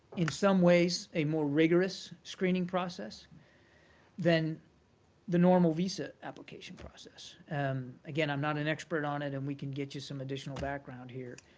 in some ways a more rigorous screening process than the normal visa application process. and again, i'm not an expert on it, and we can get you some additional background here.